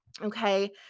okay